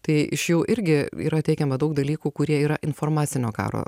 tai iš jų irgi yra teikiama daug dalykų kurie yra informacinio karo